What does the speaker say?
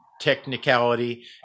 technicality